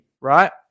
right